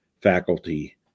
faculty